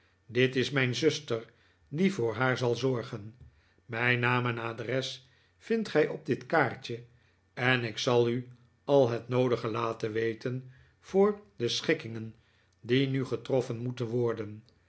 dit is mijn zuster die voor haar zal zorgen mijn naam en adres vindt gij op dit kaartje en ik zal u al het noodige laten weten voor de schikkingen die nu getroffen moeten worden